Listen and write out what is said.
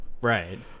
Right